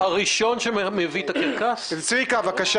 לא כל שכן פעולות למען מי שהוא מצוי עמו בניגוד עניינים.